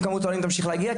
תודה.